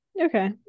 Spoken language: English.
Okay